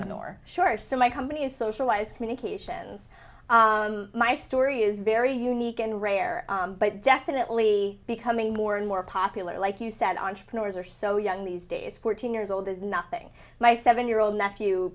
nor short so my company is socialised communications my story is very unique and rare but definitely becoming more and more popular like you said entrepreneurs are so young these days fourteen years old is nothing my seven year old nephew